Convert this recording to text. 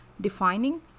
defining